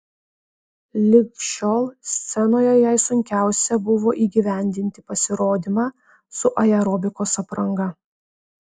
lig šiol scenoje jai sunkiausia buvo įgyvendinti pasirodymą su aerobikos apranga